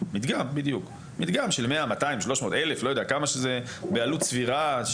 200, 300, 1,000, בעלות סבירה ונעשה בדיקה על זה,